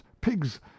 pigs